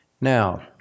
Now